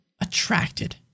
attracted